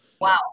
Wow